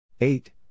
Eight